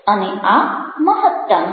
અને આ મહત્તમ છે